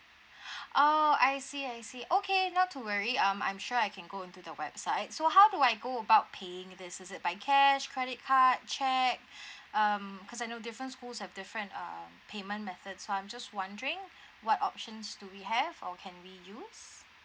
oh I see I see okay not to worry um I'm sure I can go to the website so how do I go about paying this is it by cash credit card cheque um cause I know different school has a different uh payment methods so I'm just wondering what options do we have or can we use